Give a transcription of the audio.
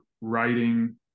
writing